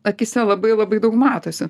akyse labai labai daug matosi